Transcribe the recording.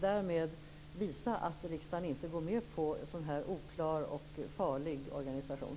Därmed visar vi att riksdagen inte säger ja till en sådan här oklar och farlig organisation.